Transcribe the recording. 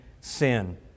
sin